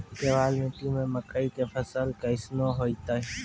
केवाल मिट्टी मे मकई के फ़सल कैसनौ होईतै?